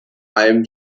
allem